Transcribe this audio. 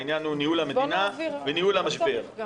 העניין הוא ניהול המדינה וניהול המשבר,